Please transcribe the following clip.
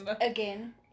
again